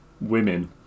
women